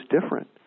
different